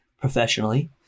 professionally